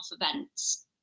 events